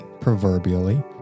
proverbially